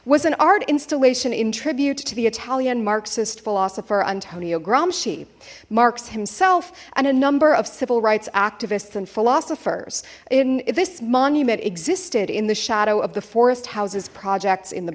was an art installation in tribute to the italian marxist philosopher antonio gramsci marx himself and a number of civil rights activists and philosophers in this monument existed in the shadow of the forest houses projects in the